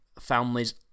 families